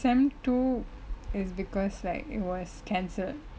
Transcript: sem two is because like it was cancelled